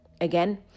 Again